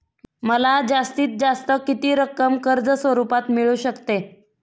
मला जास्तीत जास्त किती रक्कम कर्ज स्वरूपात मिळू शकते?